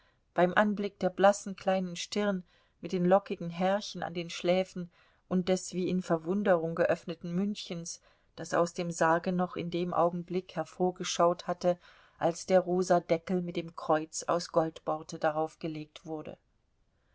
beim anblick der blassen kleinen stirn mit den lockigen härchen an den schläfen und des wie in verwunderung geöffneten mündchens das aus dem sarge noch in dem augenblick hervorgeschaut hatte als der rosa deckel mit dem kreuz aus goldborte daraufgelegt wurde